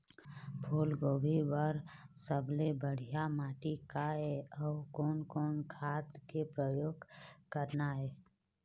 फूलगोभी बर सबले बढ़िया माटी का ये? अउ कोन कोन खाद के प्रयोग करना ये?